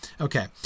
Okay